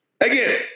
Again